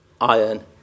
iron